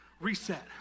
Reset